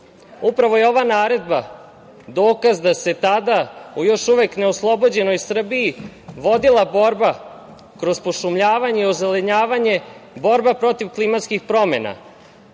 je ova naredba dokaz da se tada u još uvek neoslobođenoj Srbiji vodila borba kroz pošumljavanje i ozelenjavanje, borba protiv klimatskih promena.